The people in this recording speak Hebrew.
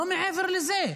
לא מעבר לזה,